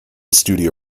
studio